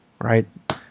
right